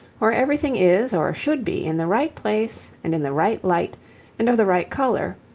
where everything is or should be in the right place and in the right light and of the right colour,